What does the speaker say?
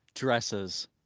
Dresses